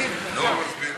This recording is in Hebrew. מי נגד?